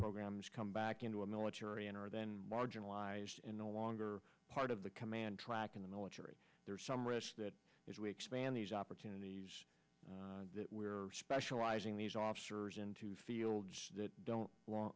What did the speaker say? programs come back into a military and are then marginalized and no longer part of the command track in the military there's some rash that if we expand these opportunities that we're specializing these officers into fields that don't want